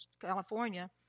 California